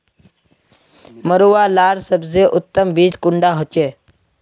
मरुआ लार सबसे उत्तम बीज कुंडा होचए?